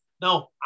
Now